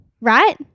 right